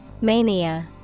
Mania